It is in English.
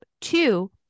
Two